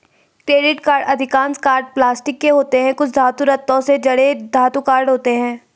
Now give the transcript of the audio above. credit card अधिकांश card plastic के होते हैं, कुछ धातु, रत्नों से जड़े धातु कार्ड होते हैं